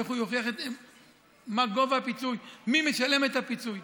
איך הוא יוכיח מה גובה הפיצוי, מי משלם את הפיצוי.